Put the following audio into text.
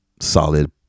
solid